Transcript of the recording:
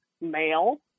male